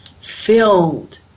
filled